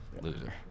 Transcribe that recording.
loser